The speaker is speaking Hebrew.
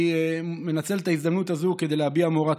אני מנצל את ההזדמנות הזאת כדי להביע מורת